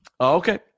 Okay